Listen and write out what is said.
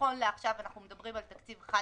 נכון לעכשיו, אנחנו מדברים על תקציב חד-שנתי,